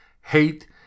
hate